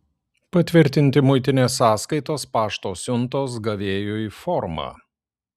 patvirtinti muitinės sąskaitos pašto siuntos gavėjui formą